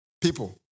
people